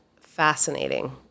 fascinating